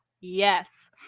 yes